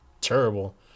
terrible